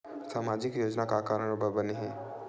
सामाजिक योजना का कारण बर बने हवे?